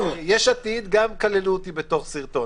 יש עתיד גם כללו אותי בתור סרטון.